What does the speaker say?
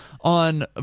on